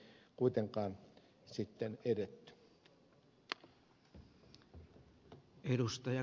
tässä asiassa ei kuitenkaan sitten edetty